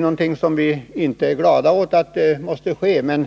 Vi är inte glada över att sådant måste ske, men